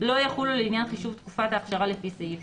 לא יחולו לעניין חישוב תקופת האכשרה לפי סעיף